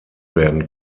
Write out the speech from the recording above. werden